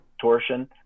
torsion